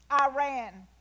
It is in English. Iran